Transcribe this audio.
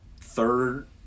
third